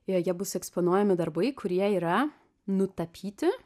joje bus eksponuojami darbai kurie yra nutapyti